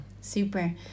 Super